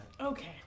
Okay